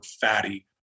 fatty